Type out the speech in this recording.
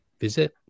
visit